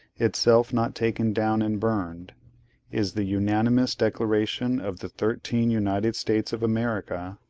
itself not taken down and burned is the unanimous declaration of the thirteen united states of america,